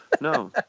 No